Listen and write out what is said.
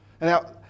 Now